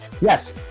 yes